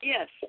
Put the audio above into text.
Yes